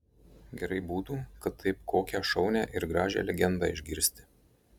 gerai būtų kad taip kokią šaunią ir gražią legendą išgirsti